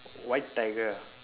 white tiger ah